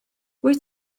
wyt